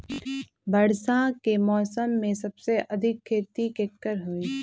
वर्षा के मौसम में सबसे अधिक खेती केकर होई?